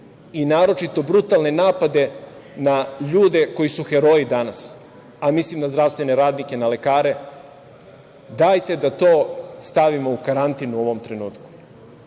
i naročito brutalne napade na ljude koji su heroji danas, a mislim na zdravstvene radnike, na lekare, dajte da to stavimo u karantin u ovom trenutku,